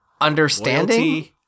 understanding